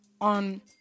on